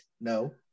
No